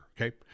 Okay